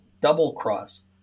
double-cross